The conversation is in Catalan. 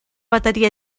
bateria